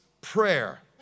prayer